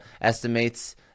estimates